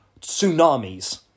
tsunamis